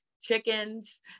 chickens